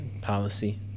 policy